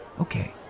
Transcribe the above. okay